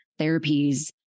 therapies